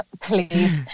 please